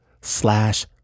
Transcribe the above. slash